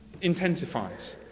intensifies